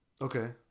Okay